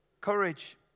Courage